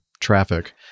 traffic